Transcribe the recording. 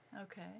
Okay